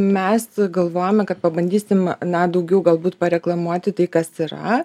mes galvojame kad pabandysim na daugiau galbūt pareklamuoti tai kas yra